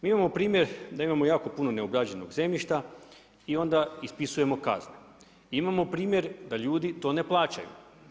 Mi imamo primjer da imamo jako puno neobrađenog zemljišta i onda ispisujemo kazne, imamo primjer da ljudi to ne plaćaju.